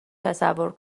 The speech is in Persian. تصور